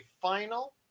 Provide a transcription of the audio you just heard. final